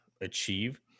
achieve